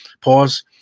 Pause